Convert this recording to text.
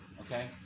okay